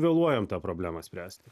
vėluojam tą problemą spręsti